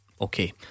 Okay